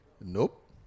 Nope